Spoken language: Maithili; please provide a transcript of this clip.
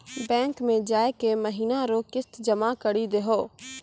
बैंक मे जाय के महीना रो किस्त जमा करी दहो